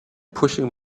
pushing